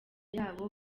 yabo